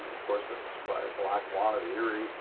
of course, that's why the lackawanna, the erie,